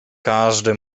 każdy